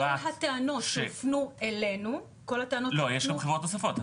כל הטענות שהופנו אלינו, יש גם חברות נוספות,